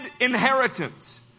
inheritance